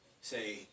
say